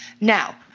Now